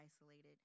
isolated